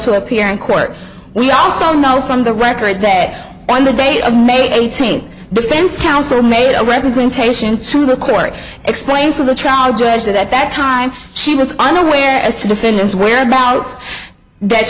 to appear in court we also know from the record that on the date of may eighteenth defense counsel made a representation to the court explains of the trial judge that at that time she was unaware as the defendants whereabouts that